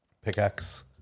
pickaxe